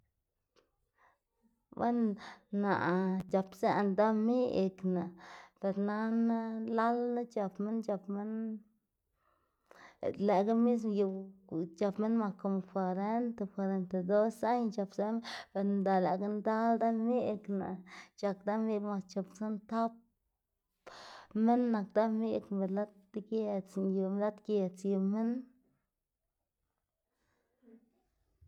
weno naꞌ c̲h̲apzëná deamigná per nana lala c̲h̲ap minn lëꞌkga mismo yual c̲h̲ap minn mas cuarenta, cuarentados año c̲h̲apzë minn be lëkga ndal deamigná c̲h̲ak deamigná mas chop tson tap minn nak deamigná be lad degiedzná yu lad giedz yu minn.